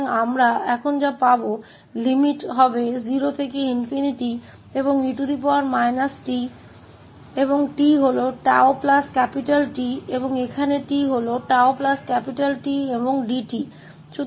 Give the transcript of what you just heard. तो अब हमें क्या मिलेगा अब सीमा 0 से ∞ और e t और 𝜏 T है और यहाँ भी 𝜏 T और d𝜏 है